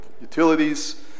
utilities